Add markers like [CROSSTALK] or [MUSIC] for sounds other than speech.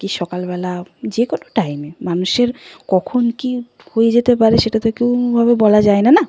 কী সকালবেলা যে কোনো টাইমে মানুষের কখন কী হয়ে যেতে পারে সেটা তো [UNINTELLIGIBLE] ভাবে বলা যায় না না